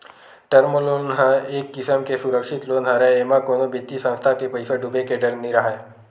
term loan ह एक किसम के सुरक्छित लोन हरय एमा कोनो बित्तीय संस्था के पइसा डूबे के डर नइ राहय